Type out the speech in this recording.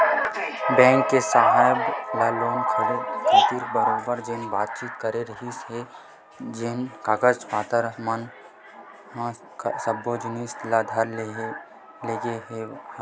bank के साहेब ह लोन खातिर बरोबर जेन बातचीत करे रिहिस हे जेन कागज पतर मन के मांग करे सब्बो जिनिस ल धर के लेगे रेहेंव